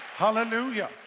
hallelujah